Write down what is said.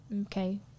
okay